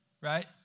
right